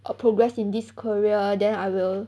err progress in this career then I will